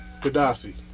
Gaddafi